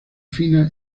fina